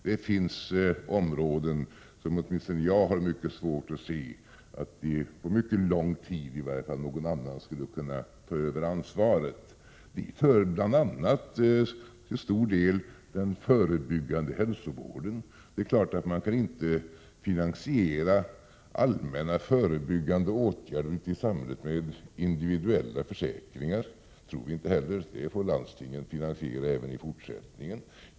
Det finns områden där åtminstone jag har mycket svårt att se att någon annan skulle kunna ta över ansvaret på lång tid. Dit hör bl.a. till stor del den förebyggande hälsovården. Man kan inte finansiera allmänna förebyggande åtgärder ute i samhället med individuella försäkringar. Det tror vi inte heller. Denna verksamhet får landstingen finansiera även i fortsättningen.